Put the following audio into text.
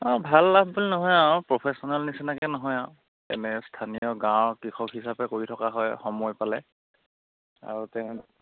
অঁ ভাল লাভ বুলি নহয় আৰু প্ৰফেচনেল নিচিনাকৈ নহয় আৰু এনে স্থানীয় গাঁৱৰ কৃষক হিচাপে কৰি থকা হয় সময় পালে আৰু তে